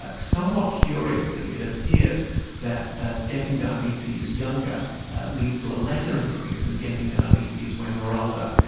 like somewhat curiously it appears that ah getting diabetes younger leads to a lesser increase than getting diabetes when you're older.